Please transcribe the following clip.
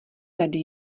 tady